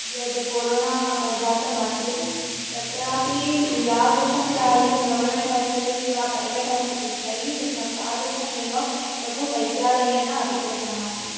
यद् कोरोणा जातमासीत् तत्रापि यादृशं सहायं गवर्मेण्ट् हास्पिटल्स् वा प्रैवेट् हास्पिटल्स् तैः कृतं तादृशमेव लघु वैद्यालयेन अपि कृतमासीत्